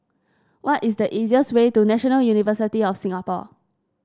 what is the easiest way to National University of Singapore